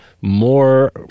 more